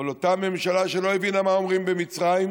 על אותה ממשלה שלא הבינה מה אומרים המצרים,